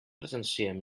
presenciem